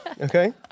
Okay